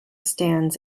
stands